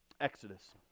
Exodus